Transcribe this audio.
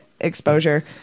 exposure